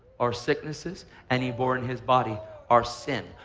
our sicknesses and he bore in his body our sin.